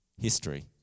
history